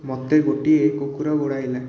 ମୋତେ ଗୋଟିଏ କୁକୁର ଗୋଡ଼ାଇଲା